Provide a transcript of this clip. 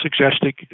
suggesting